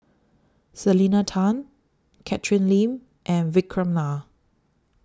Selena Tan Catherine Lim and Vikram Nair